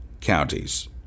counties